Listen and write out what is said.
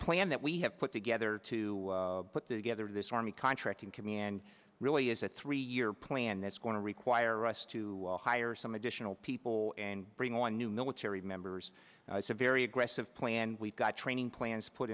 plan that we have put together to put together this army contracting command really is a three year plan that's going to require us to hire some additional people and bring on new military members it's a very aggressive plan we've got training plans put